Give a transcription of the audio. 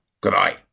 Goodbye